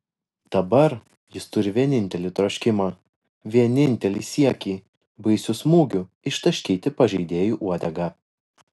dabar jis turi vienintelį troškimą vienintelį siekį baisiu smūgiu ištaškyti pažeidėjui uodegą